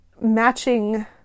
matching